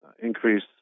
increase